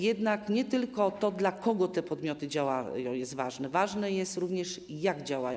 Jednak nie tylko to, dla kogo te podmioty działają, jest ważne, ważne jest również, jak działają.